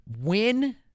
win